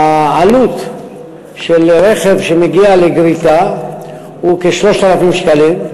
העלות של רכב שמגיע לגריטה היא כ-3,000 שקלים.